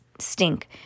Stink